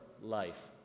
life